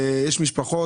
יש משפחות,